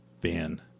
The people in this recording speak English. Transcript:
Ben